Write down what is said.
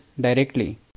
directly